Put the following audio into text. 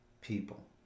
people